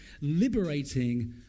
liberating